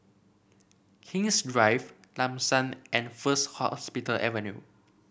King's Drive Lam San and First Hospital Avenue